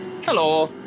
Hello